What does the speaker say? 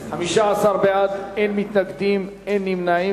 בעד, 15, אין מתנגדים, אין נמנעים.